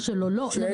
שלי